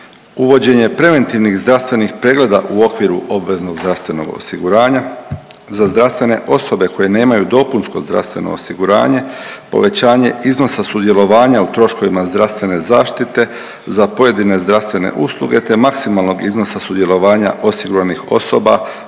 uvođenje preventivnih zdravstvenih pregleda u okviru obveznog zdravstvenog osiguranja, za zdravstvene osobe koje nemaju dopunsko zdravstveno osiguranje, povećanje iznosa sudjelovanja u troškovima zdravstvene zaštite za pojedine zdravstvene usluge te maksimalnog iznosa sudjelovanja osiguranih osoba